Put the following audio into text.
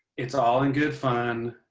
it's all in good fun.